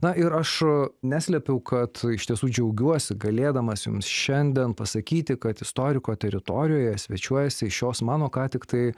na ir aš neslepiu kad iš tiesų džiaugiuosi galėdamas jums šiandien pasakyti kad istoriko teritorijoje svečiuojasi šios mano ką tiktai